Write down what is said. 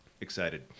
excited